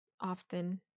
often